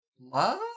Love